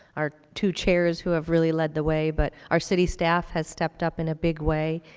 our two chairs who have really led the way, but our city staff has stepped up in a big way.